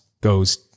goes